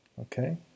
Okay